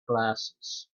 glasses